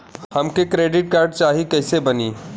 हमके credit card चाही कैसे बनी?